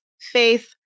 faith